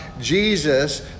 Jesus